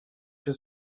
się